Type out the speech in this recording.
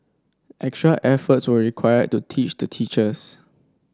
extra efforts were required to teach the teachers